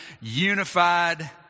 unified